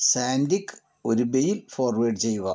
സാൻഡിക്ക് ഒരു mail forward ചെയുക